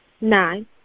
Nine